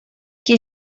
qui